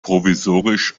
provisorisch